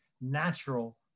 natural